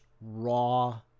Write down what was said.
raw